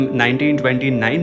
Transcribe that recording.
1929